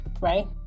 right